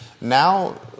now